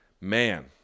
man